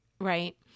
Right